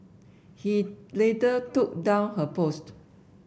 he later took down her post